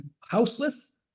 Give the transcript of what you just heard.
houseless